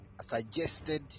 suggested